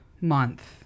month